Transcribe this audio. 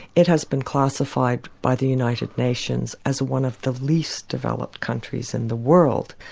it has been classified by the united nations as one of the least developed countries in the world.